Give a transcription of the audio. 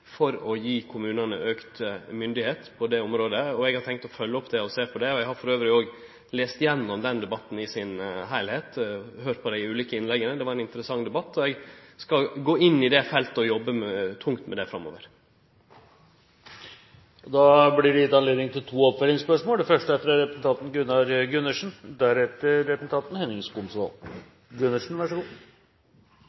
for å gi kommunane auka myndigheit på det området. Eg har tenkt å følgje opp det og sjå på det. Eg har òg lese gjennom heile debatten og høyrt dei ulike innlegga – det var ein interessant debatt. Eg skal gå inn i det feltet og jobbe tungt med det framover. Det blir gitt anledning til to oppfølgingsspørsmål – først representanten Gunnar Gundersen. Det